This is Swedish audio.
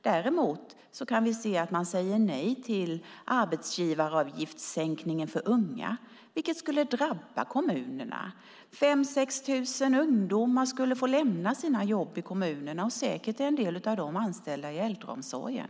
Däremot kan vi se att man säger nej till arbetsgivaravgiftssänkningen för unga, vilket skulle drabba kommunerna. 5 000-6 000 ungdomar skulle få lämna sina jobb i kommunerna, en del av dem säkert anställda i äldreomsorgen.